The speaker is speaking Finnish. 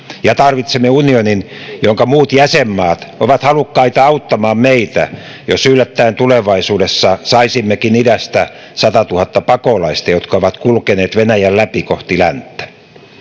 ja tarvitsemme unionin jonka muut jäsenmaat ovat halukkaita auttamaan meitä jos yllättäen tulevaisuudessa saisimmekin idästä satatuhatta pakolaista jotka ovat kulkeneet venäjän läpi kohti länttä